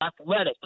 athletic